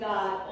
God